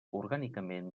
orgànicament